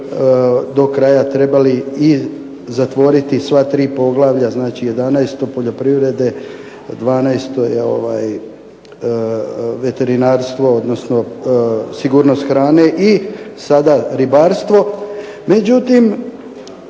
do kraja trebali i zatvoriti sva tri poglavlja, 11. poljoprivrede, 12. veterinarstvo odnosno sigurnost hrane, i sada ribarstvo. Međutim,